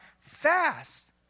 fast